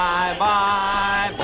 Bye-bye